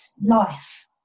life